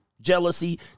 Jealousy